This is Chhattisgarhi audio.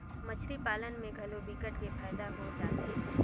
मछरी पालन में घलो विकट के फायदा हो जाथे